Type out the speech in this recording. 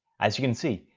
as you can see,